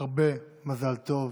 הרבה מזל טוב